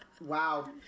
Wow